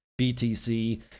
BTC